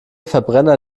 verbrenner